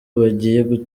bagiye